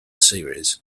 series